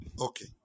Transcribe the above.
Okay